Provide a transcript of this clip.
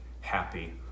happy